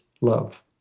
love